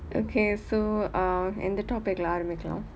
okay so uh எந்த:entha topic இல்லே ஆரம்பிக்கலாம்:illea aarambikkalaam